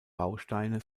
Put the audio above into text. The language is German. bausteine